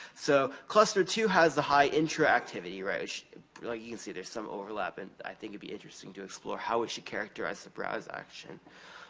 so, cluster two has a high interactivity, which you can see, there's some overlap, and i think it'd be interesting to explore how we should characterize the browse action.